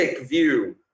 view